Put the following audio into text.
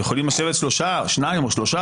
ויכולים לשבת שניים או אפילו שלושה